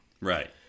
Right